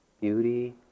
Beauty